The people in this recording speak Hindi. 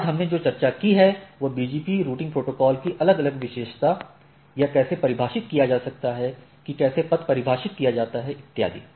आज हमने जो चर्चा की है वह BGP रूटिंग प्रोटोकॉल की अलग अलग विशेषता यह कैसे परिभाषित किया जा सकता है कि कैसे पथ परिभाषित किया जाता है इत्यादि